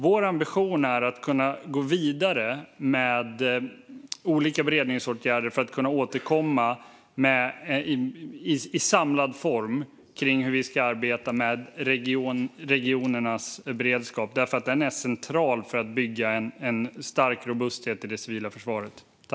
Vår ambition är att kunna gå vidare med olika beredningsåtgärder för att kunna återkomma i samlad form om hur vi ska arbeta med regionernas beredskap. Den är central för att bygga en stark robusthet i det civila försvaret.